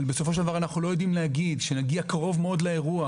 אבל בסופו של דבר אנחנו לא יודעים להגיד כשנגיע קרוב מאד לאירוע